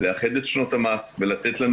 לאחד את שנות המס ולתת לנו.